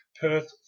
Perth